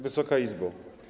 Wysoka Izbo!